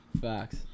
Facts